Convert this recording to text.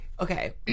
Okay